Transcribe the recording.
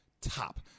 top